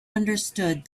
understood